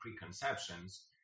preconceptions